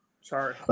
Sorry